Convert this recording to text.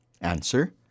Answer